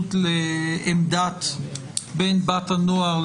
ההתייחסות לעמדת בן או בת הנוער,